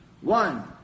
One